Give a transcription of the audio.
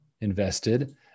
invested